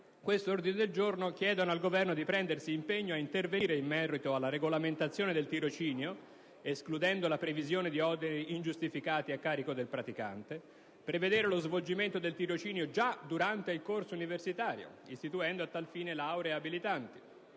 questo ordine del giorno chiedono al Governo di assumere l'impegno: ad intervenire in merito alla regolamentazione del tirocinio, escludendo la previsione di oneri ingiustificati a carico del praticante; a prevedere lo svolgimento del tirocinio già durante il corso universitario, introducendo a tal fine lauree abilitanti;